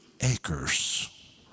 acres